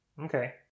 Okay